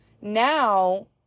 now